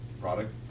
product